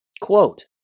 Quote